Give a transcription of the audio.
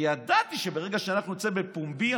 ידעתי שברגע שאנחנו נצא בפומבי,